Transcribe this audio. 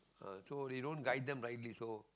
uh so they don't guide them rightly so